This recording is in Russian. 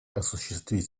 осуществлять